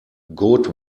good